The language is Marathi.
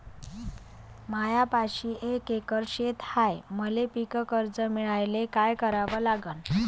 मायापाशी एक एकर शेत हाये, मले पीककर्ज मिळायले काय करावं लागन?